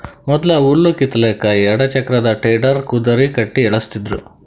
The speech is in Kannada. ಮೊದ್ಲ ಹುಲ್ಲ್ ಕಿತ್ತಲಕ್ಕ್ ಎರಡ ಚಕ್ರದ್ ಟೆಡ್ಡರ್ ಕುದರಿ ಕಟ್ಟಿ ಎಳಸ್ತಿದ್ರು